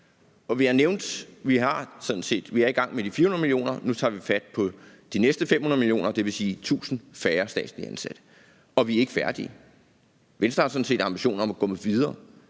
set er i gang med de 400 mio., og nu tager vi fat på de næste 500 mio., og dvs. 1.000 færre statslige ansatte, og vi er ikke færdige. Venstre har sådan set en ambition om at gå videre,